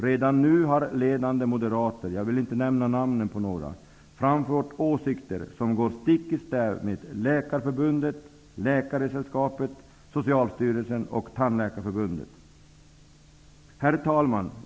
Redan nu har ledande moderater, men jag vill inte nämna några namn, framfört åsikter som går stick i stäv mot Läkarförbundet, Herr talman!